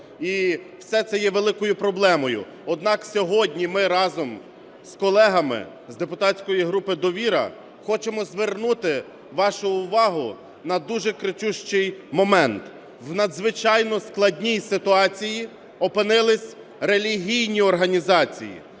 і все це є великою проблемою. Однак сьогодні ми разом з колегами з депутатської групи "Довіра" хочемо звернути вашу увагу на дуже кричущий момент. В надзвичайно складній ситуації опинились релігійні організації,